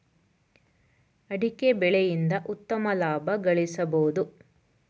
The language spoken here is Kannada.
ಅಡಿಕೆ ಬೆಳೆಯಿಂದ ಉತ್ತಮ ಲಾಭ ಗಳಿಸಬೋದು